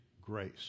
grace